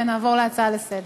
ונעבור להצעה לסדר-היום.